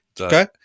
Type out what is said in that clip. okay